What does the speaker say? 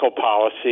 policy